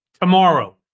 Tomorrow